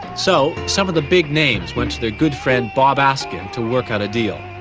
so some of the big names went to their good friend bob ah askin to work out a deal.